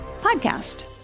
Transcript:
podcast